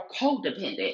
codependent